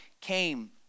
came